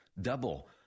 Double